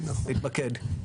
להתמקד,